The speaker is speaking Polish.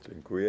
Dziękuję.